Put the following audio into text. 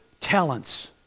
talents